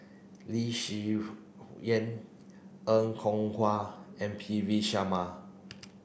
Lee Yi Shyan Er Kwong Wah and P V Sharma